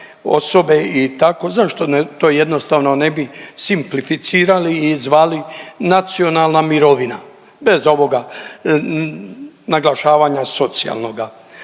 osobe i tako. Zašto to jednostavno ne bi simplificirali i zvali nacionalna mirovina, bez ovoga naglašavanja socijalnoga.